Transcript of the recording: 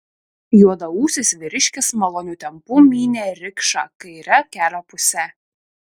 juodaūsis vyriškis maloniu tempu mynė rikšą kaire kelio puse